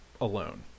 alone